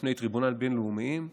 בפני טריבונלים בין-לאומיים מופחתת,